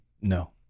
no